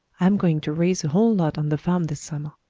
i'm going to raise a whole lot on the farm this summer.